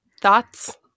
Thoughts